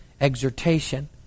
exhortation